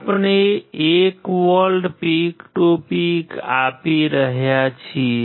આપણે 1 volt peak to peak આપી રહ્યા છીએ